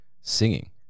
singing